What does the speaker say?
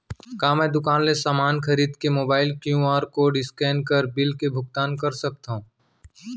का मैं दुकान ले समान खरीद के मोबाइल क्यू.आर कोड स्कैन कर बिल के भुगतान कर सकथव?